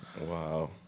Wow